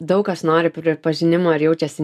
daug kas nori pripažinimo ir jaučiasi